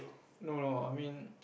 no no I mean